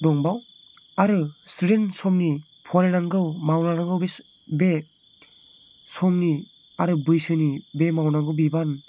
दंबावो आरो स्टुडेन्ट समनि फरायनांगौ मावलांनांगौ बे समनि आरो बैसोनि बे मावनांगौ बिबान